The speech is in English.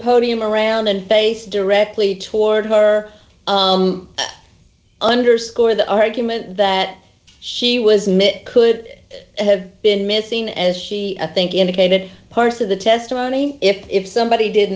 podium around and face directly toward her underscore the argument that she was mit could have been missing as she a think indicated part of the testimony if somebody did